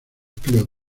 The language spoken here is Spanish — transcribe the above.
club